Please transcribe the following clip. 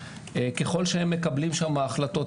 ככל שהם מקבלים שם החלטות,